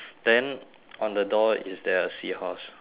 then on the door is there a seahorse